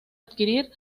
adquirir